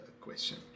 question